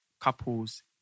couples